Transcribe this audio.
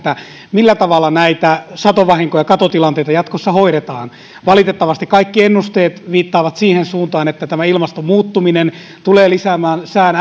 millä tavalla näitä satovahinkoja ja katotilanteita jatkossa hoidetaan valitettavasti kaikki ennusteet viittaavat siihen suuntaan että ilmaston muuttuminen tulee lisäämään sään